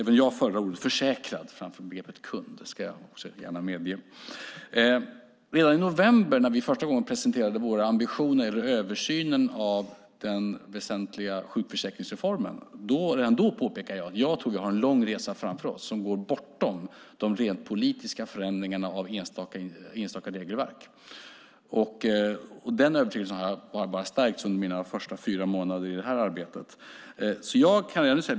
Även jag föredrar ordet försäkrad framför begreppet kund. Redan i november när vi första gången presenterade översynen av den väsentliga sjukförsäkringsreformen påpekade jag att jag trodde att vi hade en lång resa framför oss som går bortom de politiska förändringarna av enstaka regelverk. Den övertygelsen har stärkts under mina första fyra månader i det här arbetet.